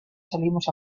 salimos